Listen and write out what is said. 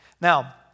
Now